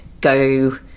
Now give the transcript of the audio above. go